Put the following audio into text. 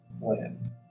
land